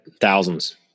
thousands